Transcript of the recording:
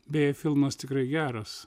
beje filmas tikrai geras